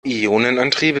ionenantriebe